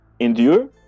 endure